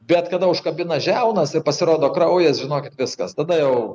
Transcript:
bet kada užkabina žiaunas ir pasirodo kraujas žinokit viskas tada jau